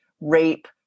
rape